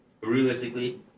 Realistically